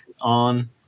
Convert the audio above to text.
on